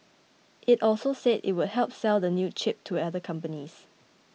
it also said it would sell the new chip to other companies